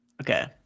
Okay